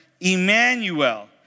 Emmanuel